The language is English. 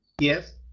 yes